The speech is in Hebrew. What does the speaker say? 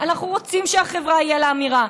אנחנו רוצים שלחברה תהיה אמירה.